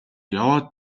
яваад